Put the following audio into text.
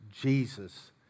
Jesus